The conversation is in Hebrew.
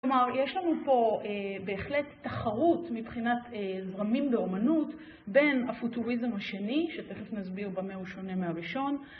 כלומר יש לנו פה בהחלט תחרות מבחינת זרמים באומנות בין הפוטוריזם השני שתכף נסביר במה הוא שונה מהראשון